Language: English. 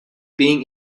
being